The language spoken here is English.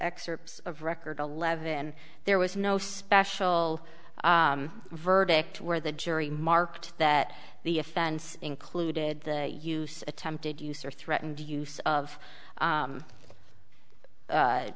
excerpt of record eleven there was no special verdict where the jury marked that the offense included the use attempted use or threatened use of